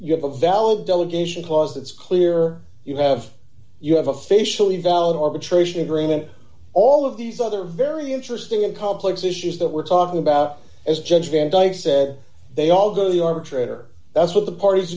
you have a valid delegation cause it's clear you have you have officially down arbitration agreement all of these other very interesting and complex issues that we're talking about as judge van dyke said they all go to the arbitrator that's what the parties